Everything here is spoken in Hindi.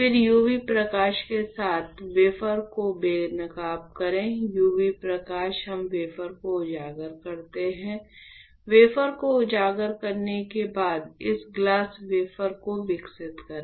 फिर UV प्रकाश के साथ वेफर को बेनकाब करें UV प्रकाश हम वेफर को उजागर करते हैं वेफर को उजागर करने के बाद इस ग्लास वेफर को विकसित करें